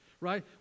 right